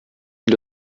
ils